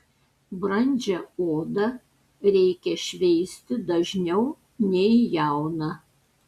brandžią odą reikia šveisti dažniau nei jauną